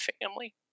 family